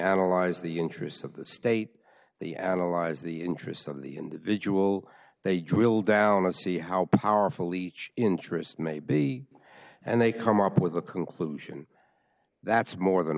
analyze the interests of the state the analyze the interests of the individual they drill down to see how powerful each interest may be and they come up with a conclusion that's more than